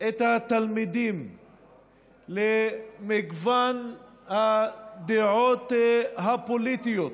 את התלמידים למגוון הדעות הפוליטיות